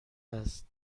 است